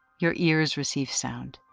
your ears receive sound.